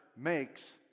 makes